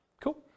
Cool